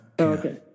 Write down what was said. Okay